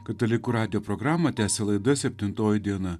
katalikų radijo programą tęsia laida septintoji diena